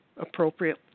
appropriate